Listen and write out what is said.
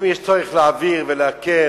אם יש צורך להעביר, ולהקל,